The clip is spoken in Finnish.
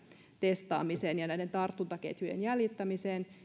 testaamiseen ja näiden tartuntaketjujen jäljittämiseen